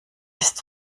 ist